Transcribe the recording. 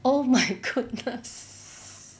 oh my goodness